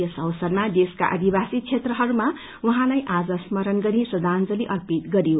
यस अवसरमा देशका आदिवासी क्षेत्रहरूमा उहाँलाई आज स्मरण गरी श्रद्धांजली अर्पित गरियो